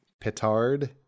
Petard